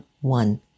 one